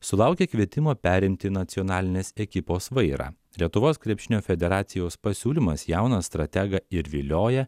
sulaukė kvietimo perimti nacionalinės ekipos vairą lietuvos krepšinio federacijos pasiūlymas jauną strategą ir vilioja